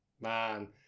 Man